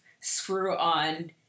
screw-on